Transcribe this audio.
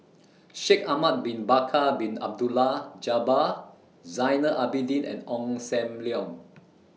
Shaikh Ahmad Bin Bakar Bin Abdullah Jabbar Zainal Abidin and Ong SAM Leong